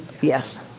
yes